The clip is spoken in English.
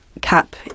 cap